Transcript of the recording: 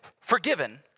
forgiven